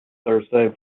thursday